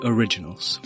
Originals